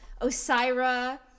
Osira